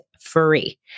free